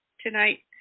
tonight